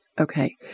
Okay